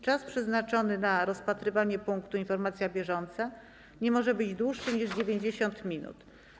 Czas przeznaczony na rozpatrzenie punktu: Informacja bieżąca nie może być dłuższy niż 90 minut.